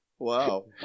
Wow